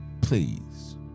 Please